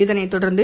இதனைத் தொடர்ந்து